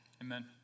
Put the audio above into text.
Amen